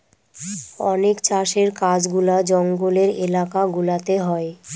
অনেক চাষের কাজগুলা জঙ্গলের এলাকা গুলাতে হয়